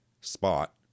spot